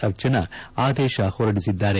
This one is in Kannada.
ಅರ್ಚನಾ ಆದೇಶ ಹೊರಡಿಸಿದ್ದಾರೆ